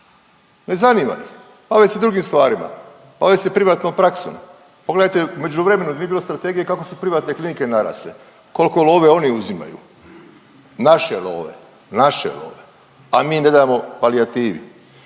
ne zanima ih, bave se drugim stvarima, bave se privatnom praksom, pogledajte u međuvremenu nije bilo strategije kako su privatne klinike narasle, kolko love oni uzimaju, naše love, naše love, a mi ne dajemo palijativi.